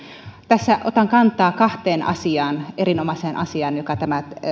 tässä otan kantaa kahteen asiaan erinomaisiin asioihin jotka tämä